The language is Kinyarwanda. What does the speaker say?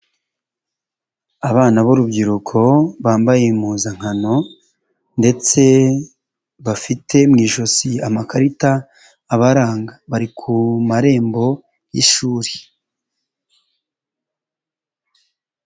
Abana b'urubyiruko bambaye impuzankano ndetse bafite mu ijosi amakarita abaranga, bari ku marembo y'ishuri.